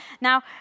now